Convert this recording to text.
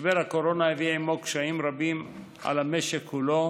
משבר הקורונה הביא עימו קשיים רבים על המשק כולו